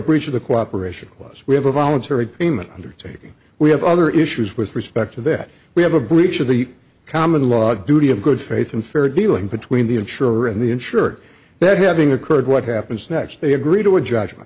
breach of the cooperation was we have a voluntary agreement undertaking we have other issues with respect to that we have a breach of the common law duty of good faith and fair dealing between the insurer and the insured that having occurred what happens next they agree to a judgment